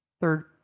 third